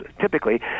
Typically